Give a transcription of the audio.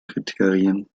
kriterien